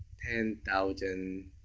ten thousand